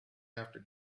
after